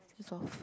off